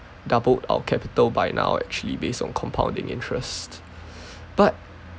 doubled our capital by now actually based on compounding interest but